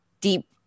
deep